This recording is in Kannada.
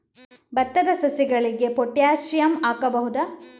ಭತ್ತದ ಸಸಿಗಳಿಗೆ ಪೊಟ್ಯಾಸಿಯಂ ಹಾಕಬಹುದಾ?